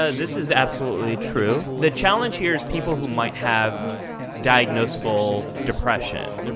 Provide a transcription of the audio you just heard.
ah this is absolutely true, the challenge here is people who might have diagnosable depression.